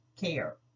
care